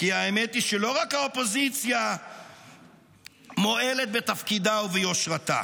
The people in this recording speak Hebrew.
כי האמת היא שלא רק האופוזיציה מועלת בתפקידה וביושרתה,